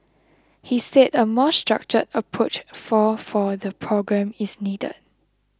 he said a more structured approach for for the programme is needed